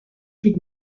tout